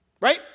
Right